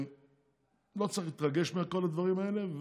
לא צריך להתרגש מכל הדברים האלה.